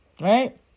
right